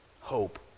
hope